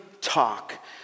talk